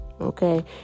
Okay